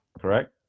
correct